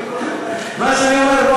מה שאני אומר,